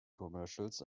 commercials